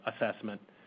assessment